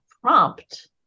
prompt